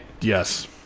Yes